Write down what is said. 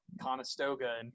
Conestoga